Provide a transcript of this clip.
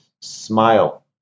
smile